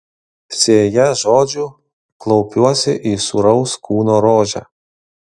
sėja žodžių klaupiuosi į sūraus kūno rožę